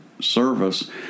service